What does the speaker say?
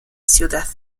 ciudad